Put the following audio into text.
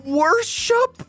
worship